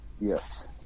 Yes